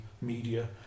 media